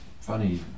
funny